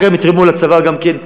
ואחר כך הם יתרמו לצבא גם כן,